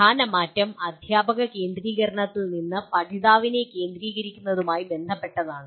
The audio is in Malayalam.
പ്രധാന മാറ്റം അധ്യാപക കേന്ദ്രീകരണത്തിൽ നിന്ന് പഠിതാവിനെ കേന്ദ്രീകരിക്കുന്നതുമായി ബന്ധപ്പെട്ടാണ്